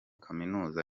kaminuza